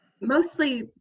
Mostly